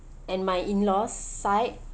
and my in-laws side